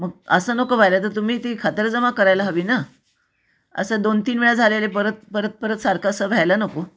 मग असं नको व्हायला तर तुम्ही ती खातरजमा करायला हवी ना असं दोन तीन वेळा झालेलं आहे परत परत परत सारखं असं व्हायला नको